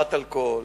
בהשפעת אלכוהול.